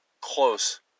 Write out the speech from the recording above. close